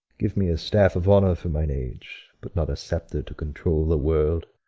give me a staff of honour for mine age, but not a sceptre to control the world.